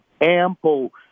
ample